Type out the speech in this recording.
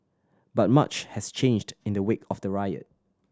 but much has changed in the wake of the riot